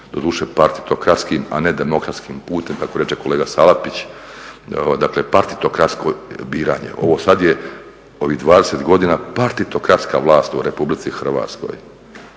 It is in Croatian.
doduše …, a ne demokratskim putem kako reče kolega Salapić partitokratsko biranje. Ovo sada je ovih 20 godina partitokratska vlast u RH jer oligarsi